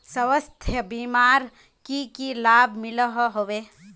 स्वास्थ्य बीमार की की लाभ मिलोहो होबे?